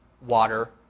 water